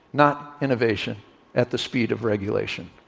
not innovation at the speed of regulation.